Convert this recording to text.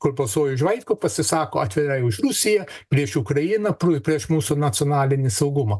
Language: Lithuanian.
kur balsuoja už vaitkų pasisako atvirai už rusiją prieš ukrainą pru prieš mūsų nacionalinį saugumą